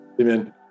Amen